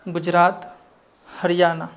Gujarat Haryana